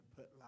put